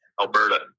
Alberta